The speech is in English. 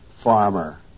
Farmer